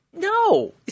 No